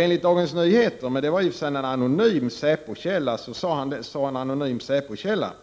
Enligt Dagens Nyheter den 23 augusti sade en anonym säpokälla